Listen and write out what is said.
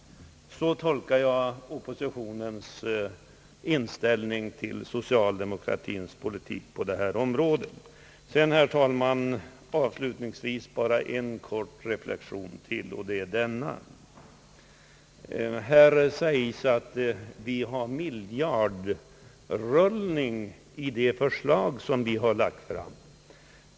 Så tolkar jag oppositionens in ställning till den socialdemokratiska politiken på detta område. Avslutningsvis bara en reflexion till, herr talman. Man säger att de förslag vi lagt fram innebär en miljardrullning.